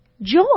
joy